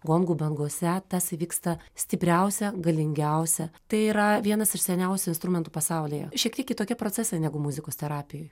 gongų bangose tas įvyksta stipriausia galingiausia tai yra vienas iš seniausių instrumentų pasaulyje šiek tiek kitokie procesai negu muzikos terapijoj